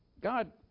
God